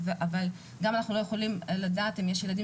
ואנחנו גם לא יכולים לדעת אם יש ילדים